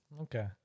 Okay